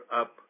up